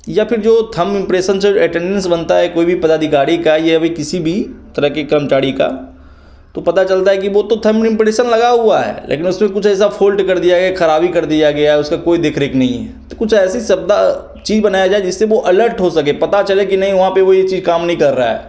या फिर जो थंब इम्प्रेसन से ऐटेंडेंस बनता है कोई भी पदाधिकारी का ये भी किसी भी तरह के कर्मचारी का तो पता चलता है कि वो तो थंब इम्पड़ेसन लगा हुआ है लेकिन उसपे कुछ ऐसा फ़ोल्ट कर दिया गया है ख़राबी कर दिया है उसका कोई देख रेख नहीं है तो कुछ ऐसी सुविधा चीज़ बनाया जाए जिससे वो अलर्ट हो सके पता चले कि नहीं वहाँ पे वो ये चीज़ काम नहीं कर रहा है